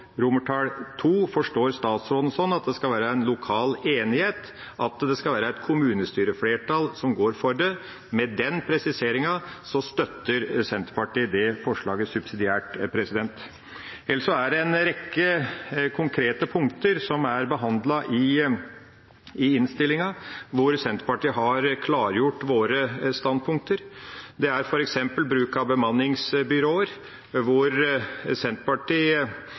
forstår jeg statsråden sånn at det skal være en lokal enighet, at det skal være et kommunestyreflertall som går for det. Med den presiseringen støtter Senterpartiet det forslaget subsidiært. Ellers er det en rekke konkrete punkter som er behandlet i innstillinga, hvor Senterpartiet har klargjort sine standpunkter. Det gjelder f.eks. bruk av bemanningsbyråer, hvor Senterpartiet